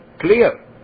Clear